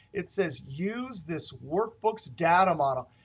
it says use this workbook's data model.